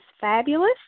fabulous